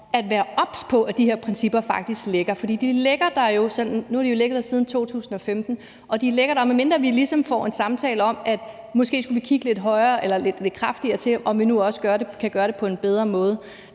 at være obs på, at de her principper faktisk ligger der. For de ligger der jo. Nu har de jo ligget der siden 2015, og de ligger der, så måske skulle vi kigge lidt nærmere på, om vi nu også kan gøre det på en bedre måde.